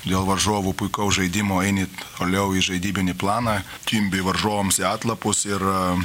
dėl varžovų puikaus žaidimo eini toliau į žaidybinį planą kimbi varžovams į atlapus ir